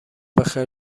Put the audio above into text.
بخیر